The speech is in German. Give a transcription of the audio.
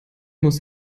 muss